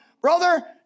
Brother